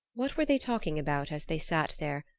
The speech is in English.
what were they talking about as they sat there,